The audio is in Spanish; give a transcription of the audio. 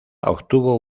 obtuvo